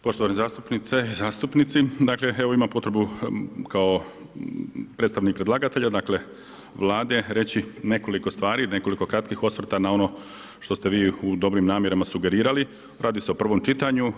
Poštovane zastupnice, zastupnici, imam potrebu kao predstavnik predlagatelja Vlade reći nekoliko stvari, nekoliko kratkih osvrta na ono što ste vi u dobrim namjerama sugerirali, radi se u prvom čitanju.